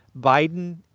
Biden